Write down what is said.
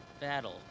battle